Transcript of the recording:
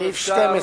12